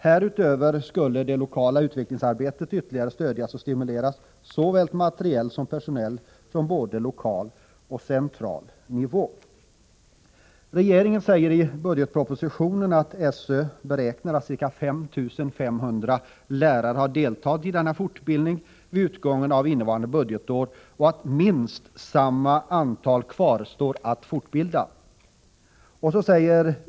Härutöver skulle det lokala utvecklingsarbetet ytterligare stödjas och stimuleras såväl materiellt som personellt från både lokal och central nivå. I årets budgetproposition säger regeringen att SÖ beräknar att ca 5 500 lärare har deltagit i denna fortbildning vid utgången av innevarande budgetår, och att minst samma antal kvarstår att fortbilda.